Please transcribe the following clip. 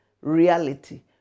reality